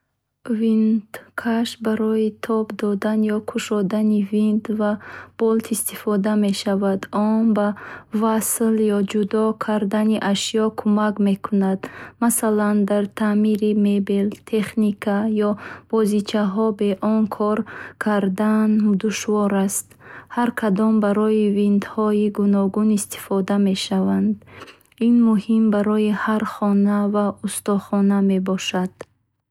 Винткаш барои тоб додан ё кушодани винт ва болт истифода мешавад. Он ба васл ё ҷудо кардани ашёҳо кумак мекунад Масалан дар таъмири мебел техника ё бозичаҳо бе он кор кардан душвор аст. Ҳар кадом барои винтҳои гуногун истифода мешавад. Ин абзори муҳим барои ҳар хона ва устохона мебошад.